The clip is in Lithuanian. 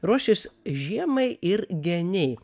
ruošis žiemai ir geniai